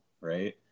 right